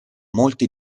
molte